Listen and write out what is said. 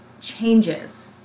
changes